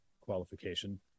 qualification